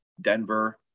Denver